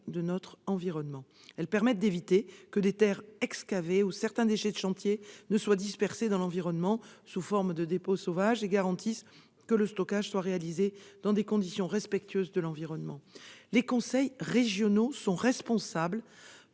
de l'environnement. Elles permettent d'éviter que des terres excavées ou certains déchets de chantiers ne soient dispersés dans l'environnement, sous forme de dépôts sauvages, et garantissent que le stockage est réalisé dans des conditions respectueuses de l'environnement. Les conseils régionaux sont responsables